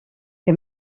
que